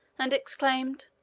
and exclaimed,